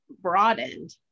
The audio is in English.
broadened